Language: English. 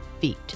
feet